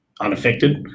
unaffected